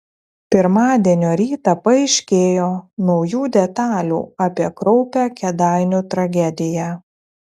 pirmadienio rytą paaiškėjo naujų detalių apie kraupią kėdainių tragediją